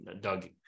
doug